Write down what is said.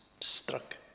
struck